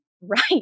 right